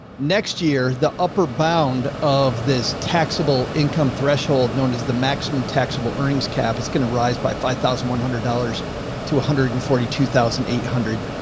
next year, the upper bound of this taxable income threshold known as the maximum taxable earnings cap is going to rise by five thousand one hundred dollars to one hundred and forty two thousand eight hundred.